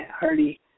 Hardy